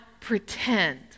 pretend